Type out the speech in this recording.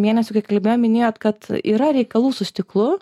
mėnesių kai kalbėjom minėjot kad yra reikalų su stiklu